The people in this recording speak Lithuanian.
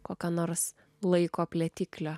kokio nors laiko plėtiklio